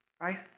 Right